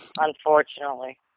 Unfortunately